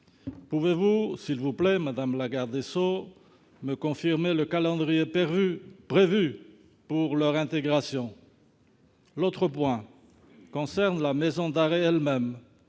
Pouvez-vous s'il vous plaît, madame la garde des sceaux, me confirmer le calendrier prévu pour leur intégration ? Deuxièmement, la maison d'arrêt est